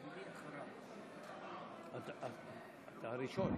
מכובדי היושב-ראש, ההצעה הזאת